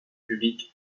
public